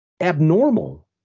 abnormal